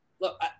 look